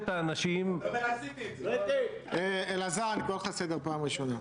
קורא לך לסדר פעם ראשונה.